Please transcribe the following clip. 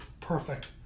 perfect